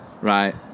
right